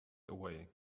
away